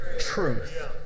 truth